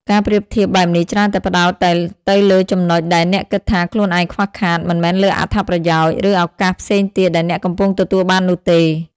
ការប្រៀបធៀបបែបនេះច្រើនតែផ្តោតតែទៅលើចំណុចដែលអ្នកគិតថាខ្លួនឯងខ្វះខាត មិនមែនលើអត្ថប្រយោជន៍ ឬឱកាសផ្សេងទៀតដែលអ្នកកំពុងទទួលបាននោះទេ។